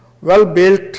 well-built